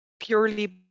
purely